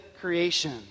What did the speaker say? creation